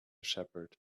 shepherd